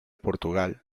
portugal